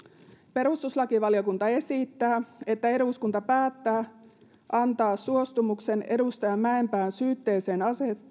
perustuslakivaliokunta esittää että eduskunta päättää antaa suostumuksensa edustaja mäenpään syytteeseen